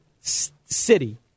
city